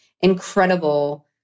incredible